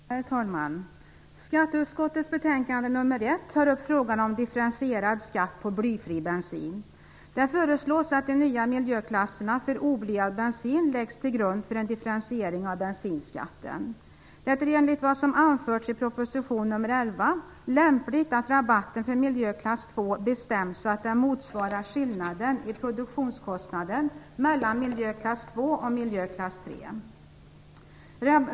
Herr talman! Skatteutskottets betänkande nr 1 tar upp frågan om differentierad skatt på blyfri bensin. Det föreslås att de nya miljöklasserna för oblyad bensin läggs till grund för en differentiering av bensinskatten. Det är enligt vad som anförts i proposition nr 11 lämpligt att rabatten för miljöklass 2 bestäms så att den motsvarar skillnaden i produktionskostnad mellan miljöklass 2 och miljöklass 3.